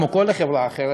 כמו לכל חברה אחרת,